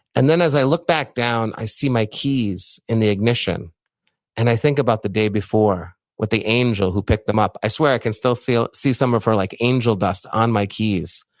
and then as i look back down, i see my keys in the ignition and i think about the day before, the angel who picked them up. i swear i can still see ah see some of her like angel dust on my keys.